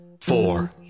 four